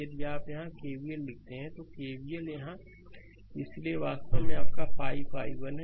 यदि आप यहाँ केवीएल लिखते हैं तो केवीएल यहाँ इसलिए यह वास्तव में आपका 5 i1 है